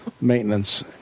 maintenance